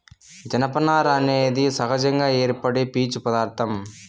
జనపనార అనేది సహజంగా ఏర్పడే పీచు పదార్ధం